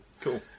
Cool